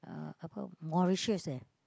uh apa Mauritius eh